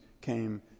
came